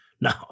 no